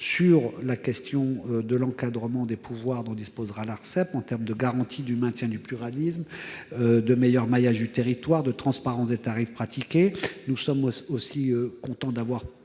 Ils concernaient l'encadrement des pouvoirs dont disposera l'Arcep en termes de garanties du maintien du pluralisme, de meilleur maillage du territoire, de transparence des tarifs pratiqués. Nous sommes aussi contents d'avoir